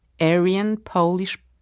Aryan-Polish